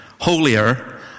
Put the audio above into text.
holier